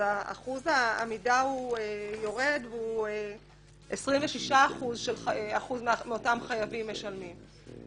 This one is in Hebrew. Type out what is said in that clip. אחוז העמידה יורד ו-26% מאותם חייבים משלמים.